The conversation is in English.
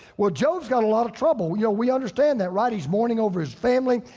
well, job has got a lot of trouble. we yeah we understand that right? he's mourning over his family.